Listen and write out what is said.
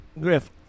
Griff